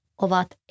ovat